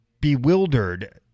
bewildered